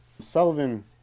Sullivan